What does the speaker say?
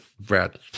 Brad